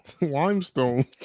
Limestone